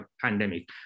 pandemic